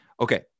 okay